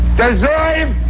deserve